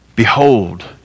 Behold